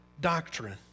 doctrine